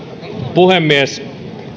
puhemies